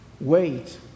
Wait